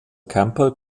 campbell